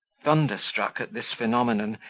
thunderstruck at this phenomenon,